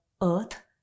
earth